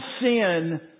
sin